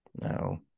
No